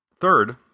Third